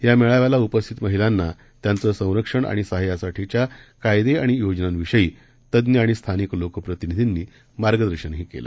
या मेळाव्याला उपस्थित महिलांना त्यांचं संरक्षण आणि सहाय्यासाठीच्या कायदे आणि योजनांविषयी तज्ञ आणि स्थानिक लोकप्रतिनिधींनी मार्गदर्शनही केलं